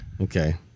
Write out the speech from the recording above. Okay